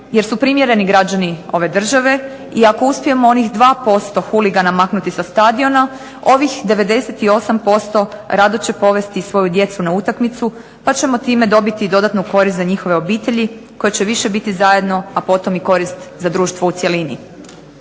jer su primjereni građani ove države, i ako uspijemo onih 2% huligana maknuti sa stadiona, ovih 98% rado će povesti svoju djecu na utakmicu pa ćemo time dobiti i dodatnu korist za njihove obitelji, koje će više biti zajedno, a potom i korist za društvo u cjelini.